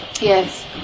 yes